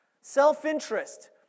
Self-interest